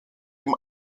dem